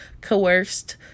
coerced